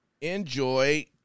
enjoy